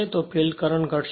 તો field current ઘટશે